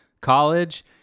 college